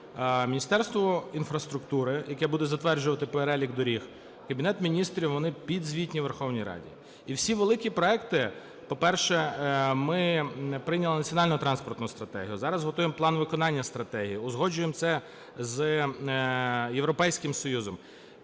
Міністерство інфраструктури, яке буде затверджувати перелік доріг, Кабінет Міністрів – вони підзвітні Верховній Раді. І всі великі проекти… По-перше, ми прийняли Національну транспортну стратегію. Зараз готуємо план виконання стратегії. Узгоджуємо це з Європейським Союзом.